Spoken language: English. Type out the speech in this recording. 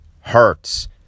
Hurts